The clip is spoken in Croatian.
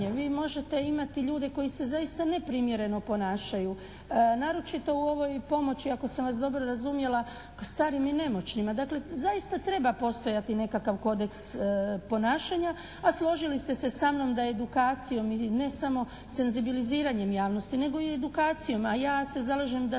Vi možete imati ljude koji se zaista neprimjereno ponašaju naročito u ovoj pomoći ako sam vas dobro razumjela, starim i nemoćnima. Dakle zaista treba postojati nekakav kodeks ponašanja, a složili ste se sa mnom da edukacijom ili ne samo senzibiliziranjem javnosti nego i edukacijom, a ja se zalažem za to